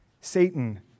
satan